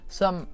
som